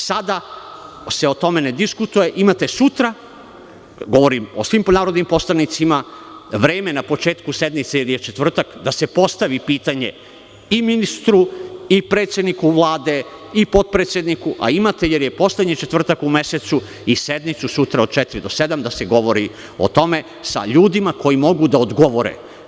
Sada se o tome ne diskutuje, imate sutra, govorim svim narodnim poslanicima, vreme na početku sednice, jer je četvrtak, da se postavi pitanje i ministru, i predsedniku Vlade i potpredsedniku, a imate, jer je poslednji četvrtak u mesecu, i sednicu sutra od 16.00 do 19.00 časova, da se govori o tome sa ljudima koji mogu da odgovore.